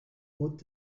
moet